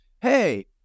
hey